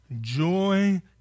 Joy